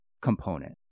component